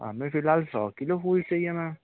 हमें फ़िलहाल सौ किलो फूल चाहिए मैम